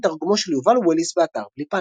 תרגומו של יובל ווליס באתר "בלי פאניקה"